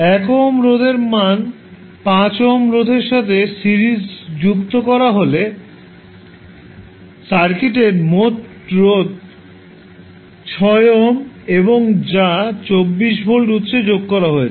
1 ohm রোধের মান 5 ohm রোধের সাথে সিরিজে যুক্ত করা হলে সার্কিটের মোট রোধ 6 ওহম এবং যা 24 ভোল্ট উৎসে যোগ করা হয়েছে